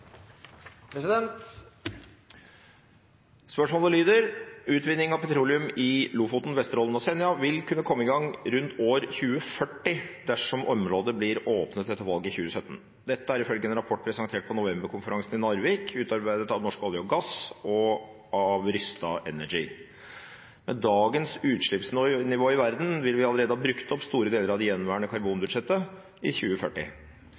Spørsmålet lyder: «Utvinning av petroleum i Lofoten, Vesterålen og Senja vil kunne komme i gang rundt 2040, dersom området blir åpnet etter valget i 2017. Dette er ifølge en rapport presentert på Novemberkonferansen i Narvik, utarbeidet for Norsk olje og gass av Rystad Energy. Med dagens utslippsnivå vil verden allerede ha brukt opp store deler av det gjenværende karbonbudsjettet i 2040.